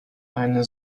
eine